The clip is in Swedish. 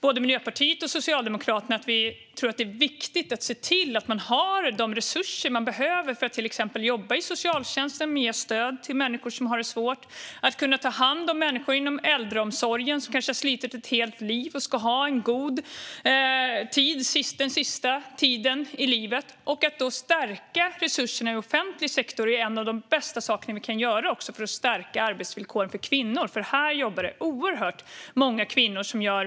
Både Miljöpartiet och Socialdemokraterna anser att det är viktigt att socialtjänsten har de resurser den behöver för att kunna ge stöd till människor som har det svårt och kunna ge människor som har slitit hela sitt liv en fin sista tid i äldreomsorgen. Att öka resurserna i offentlig sektor är också något av det bästa vi kan göra för att stärka arbetsvillkoren för kvinnor, eftersom väldigt många kvinnor jobbar här.